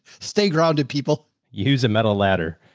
stay grounded. people use a metal ladder.